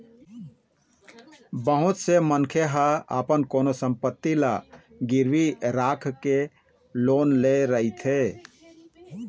बहुत से मनखे ह अपन कोनो संपत्ति ल गिरवी राखके लोन ले रहिथे